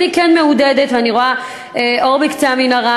אני כן מעודדת ורואה אור בקצה המנהרה,